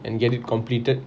and get it completed